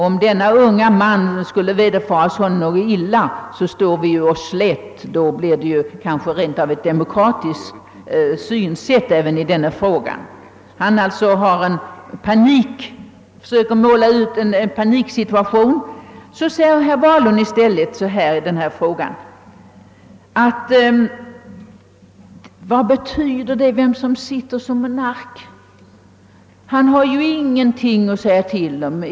Om denne unge man skulle gå bort, skulle vi alltså stå oss slätt. Då finge man rent av kanske tillämpa ett demokratiskt synsätt även i denna fråga. Medan man från detta håll alltså försöker ge intryck av att en paniksituation föreligger, ställer herr Wahlund frågan på följande sätt: Vad betyder det egentligen vem som är monark? Denne har ju ingenting att säga till om.